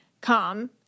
come